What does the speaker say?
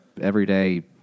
everyday